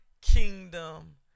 kingdom